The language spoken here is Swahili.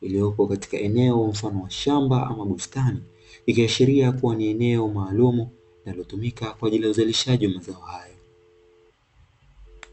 iliyopo katika eneo la mfano wa shamba ama bustani. Ikiashiria kuwa ni eneo maalumu linalotumika kwa ajili ya uzalishaji wa mazao hayo.